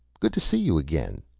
good to see you again,